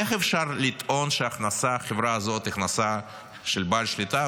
איך אפשר לטעון שהכנסת החברה הזאת היא הכנסה של בעל שליטה,